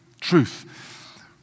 Truth